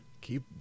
Keep